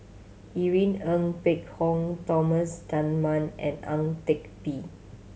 Irene Ng Phek Hoong Thomas Dunman and Ang Teck Bee